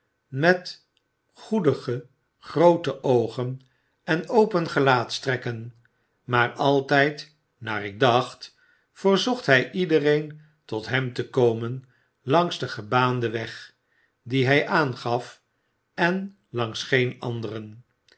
met goedige groote oogen en open gelaatstrekken maar altyd naar ik dacht verzocht hy iedereen tot hem te komenlangsden gebaanden weg dien hy aangaf en langs geen anderen